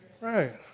Right